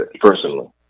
personally